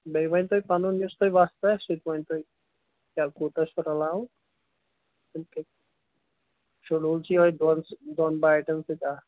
بیٚیہِ ؤنۍتو پَنُن یُس تۄہہِ وۄستہٕ آسہِ سُہ تہِ ونہِ تۄہہِ کیٛاہ کوٗتاہ چھُ رلاوُن شڈول کیٛاہ چھُ شڈوٗل چھُ یِہَے دۄن دۄن باٹَٮ۪ن سۭتۍ اکھ